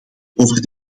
over